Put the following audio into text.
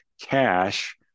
cash